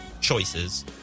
choices